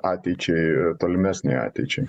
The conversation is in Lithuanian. ateičiai tolimesnei ateičiai